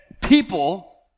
people